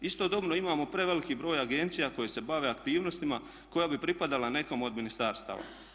Istodobno imamo preveliki broj agencija koje se bave aktivnostima koja bi pripadala nekom od ministarstava.